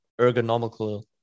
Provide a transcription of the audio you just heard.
ergonomical